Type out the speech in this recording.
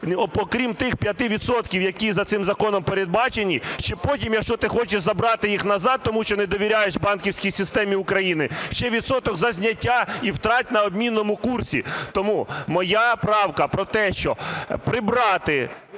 крім тих 5 відсотків, які за цим законом передбачені, щоб потім, якщо ти хочеш забрати їх назад, тому що не довіряєш банківській системі України, ще відсоток за зняття і втрать на обмінному курсі. Тому моя правка про те, щоб прибрати